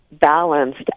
Balanced